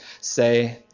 say